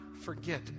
forget